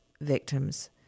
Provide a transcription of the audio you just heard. victims